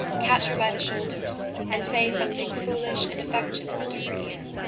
catch her by the shoulders and say something foolish and affectionate into her ear.